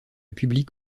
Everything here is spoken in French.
public